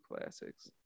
classics